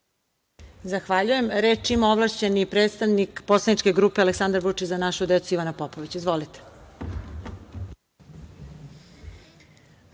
Zahvaljujem. Reč ima ovlašćeni predstavnik poslaničke grupe Aleksandar Vučić – Za našu decu, Ivana Popović. Izvolite.